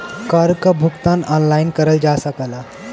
कर क भुगतान ऑनलाइन करल जा सकला